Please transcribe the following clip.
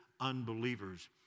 unbelievers